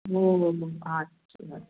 ও আচ্ছা